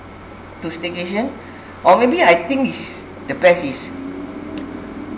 to staycation or may be I think is the best is